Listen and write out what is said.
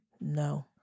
No